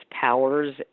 powers